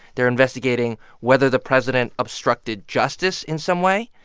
they're investigating whether the president obstructed justice in some way,